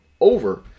over